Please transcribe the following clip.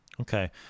Okay